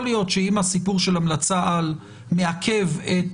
יכול להיות שעם הסיפור של "המלצה על" מעכב את